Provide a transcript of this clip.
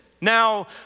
Now